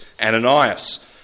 Ananias